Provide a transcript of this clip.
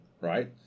right